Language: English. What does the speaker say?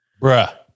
Bruh